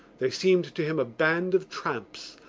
they seemed to him a band of tramps,